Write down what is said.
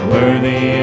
Worthy